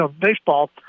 baseball